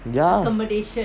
ya